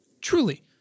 Truly